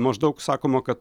maždaug sakoma kad